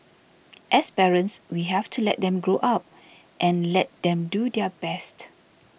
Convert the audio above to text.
as parents we have to let them grow up and let them do their best